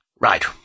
Right